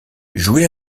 jouez